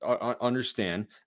understand